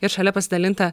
ir šalia pasidalinta